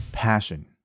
passion